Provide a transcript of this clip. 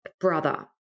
brother